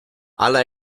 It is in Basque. hala